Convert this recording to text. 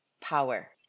power